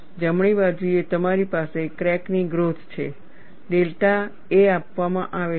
જમણી બાજુએ તમારી પાસે ક્રેકની ગ્રોથ છે ડેલ્ટા એ આપવામાં આવે છે